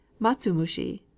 Matsumushi